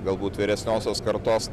galbūt vyresniosios kartos